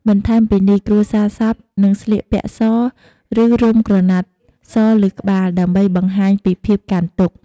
បន្ថែមពីនេះ គ្រួសារសពនឹងស្លៀកសពាក់ស ឬ រុំក្រណាត់សលើក្បាល ដើម្បីបង្ហាញពីភាពកាន់ទុក្ខ។